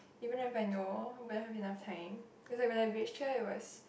even if I know we'll have enough time cause when I reach here it was